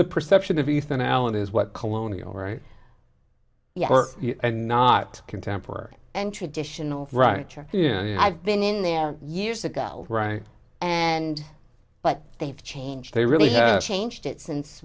the perception of ethan allen is what colonial right and not contemporary and traditional right sure yeah i've been in there years ago and but they've changed they really have changed it since